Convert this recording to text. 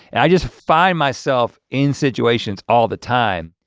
and i just find myself in situations all the time,